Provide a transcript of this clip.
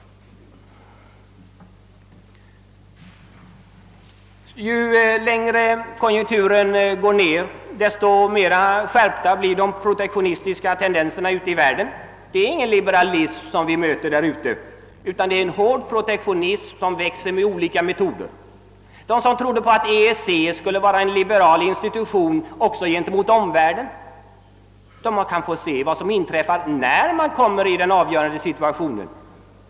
Ju mera konjunkturen går ned, desto mera skärpta blir de protektionistiska tendenserna ute i världen. Det är ingen liberalism som vi möter där ute, utan en hård protektionism som växer genom olika metoder. De som trodde att EEC skulle vara en liberal institution också gentemot omvärlden kan få se vad som inträffar i en avgörande situation.